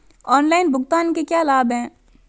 Online भुगतान के क्या लाभ हैं?